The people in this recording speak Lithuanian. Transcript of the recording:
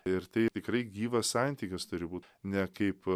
ir tai tikrai gyvas santykis turi būt ne kaip